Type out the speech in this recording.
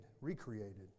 recreated